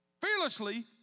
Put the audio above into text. fearlessly